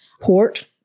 port